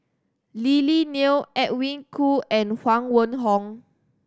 Lily Neo Edwin Koo and Huang Wenhong